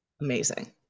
amazing